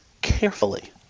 carefully